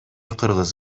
кыргыз